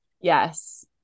yes